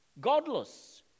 godless